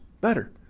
better